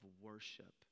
worship